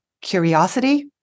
curiosity